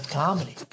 comedy